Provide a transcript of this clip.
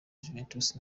juventus